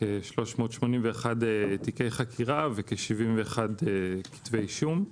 381 תיקי חקירה, ו-71 כתבי אישום.